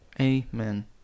Amen